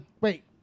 wait